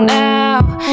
now